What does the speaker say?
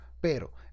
...pero